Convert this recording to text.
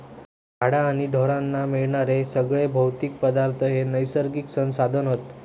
झाडा आणि ढोरांकडना मिळणारे सगळे भौतिक पदार्थ हे नैसर्गिक संसाधन हत